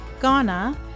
Ghana